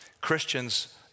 Christians